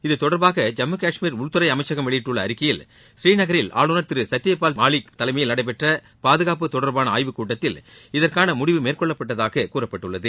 இது தொடர்பாக ஜம்மு கஷ்மீர் உள்துறை அமைச்சகம் வெளியிட்டுள்ள அறிக்கையில் புநீநகரில் ஆளுநர் திரு சத்தியபால் மாலிக் தலைமையில் நடைபெற்ற பாதுகாப்பு தொடர்பான ஆய்வுக் கூட்டத்தில் இதற்கான முடிவு மேற்கொள்ளப்பட்டதாக கூறப்பட்டுள்ளது